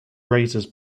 razors